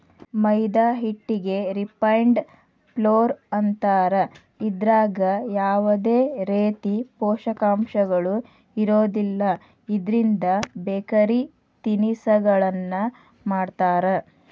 ಮೈದಾ ಹಿಟ್ಟಿಗೆ refined flour ಅಂತಾರ, ಇದ್ರಾಗ ಯಾವದೇ ರೇತಿ ಪೋಷಕಾಂಶಗಳು ಇರೋದಿಲ್ಲ, ಇದ್ರಿಂದ ಬೇಕರಿ ತಿನಿಸಗಳನ್ನ ಮಾಡ್ತಾರ